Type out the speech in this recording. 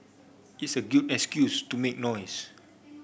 it's a good excuse to make noise